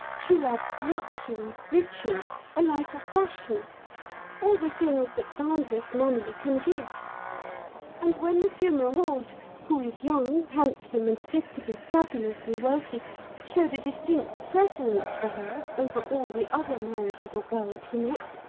she loves luxury, riches, a life of fashion all the things that boundless money can give and when monsieur merode who is young, handsome, and said to be fabulously wealthy showed a distinct preference for her over all the other marriageable girls he met,